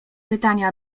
pytania